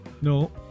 No